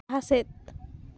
ᱥᱮᱫ